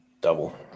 Double